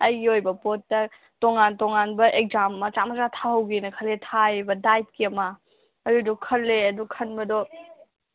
ꯑꯩꯒꯤ ꯑꯣꯏꯕ ꯄꯣꯠꯇ ꯇꯣꯡꯉꯥꯟ ꯇꯣꯡꯉꯥꯟꯕ ꯑꯦꯛꯖꯥꯝ ꯃꯆꯥ ꯃꯆꯥ ꯊꯥꯍꯧꯒꯦꯅ ꯈꯜꯂꯦ ꯊꯥꯏꯑꯦꯕ ꯗꯥꯏꯠꯀꯤ ꯑꯃ ꯑꯗꯨꯒꯤꯗꯣ ꯈꯜꯂꯦ ꯑꯗꯣ ꯈꯟꯕꯗꯣ